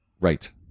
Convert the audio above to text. Right